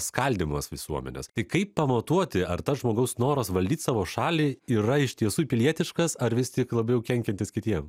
skaldymas visuomenės tai kaip pamatuoti ar tas žmogaus noras valdyt savo šalį yra iš tiesų pilietiškas ar vis tik labiau kenkiantis kitiem